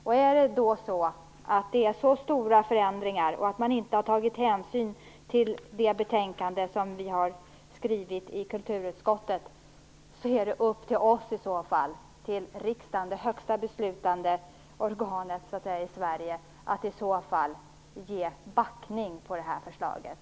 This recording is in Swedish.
Om det då är stora förändringar, om man inte har tagit hänsyn till kulturutskottets betänkande, är det i så fall upp till oss att ge backning på förslaget.